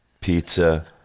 pizza